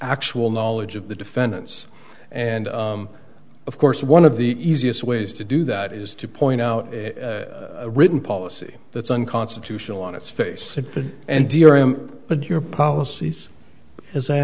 actual knowledge of the defendants and of course one of the easiest ways to do that is to point out a written policy that's unconstitutional on its face and dram but your policies as i